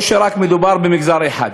או שמדובר רק במגזר אחד?